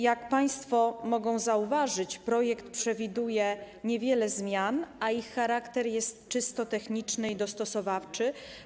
Jak państwo mogą zauważyć, projekt przewiduje niewiele zmian, a ich charakter jest czysto techniczny i dostosowawczy.